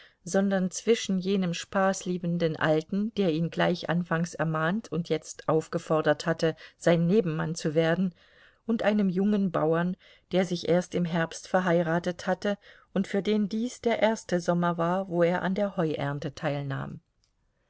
sondern zwischen jenem spaßliebenden alten der ihn gleich anfangs ermahnt und jetzt aufgefordert hatte sein nebenmann zu werden und einem jungen bauern der sich erst im herbst verheiratet hatte und für den dies der erste sommer war wo er an der heuernte teilnahm